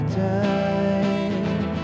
time